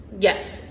yes